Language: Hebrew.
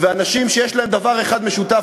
אנשים שיש להם דבר אחד משותף,